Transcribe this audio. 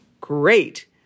great